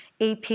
AP